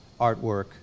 artwork